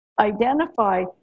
identify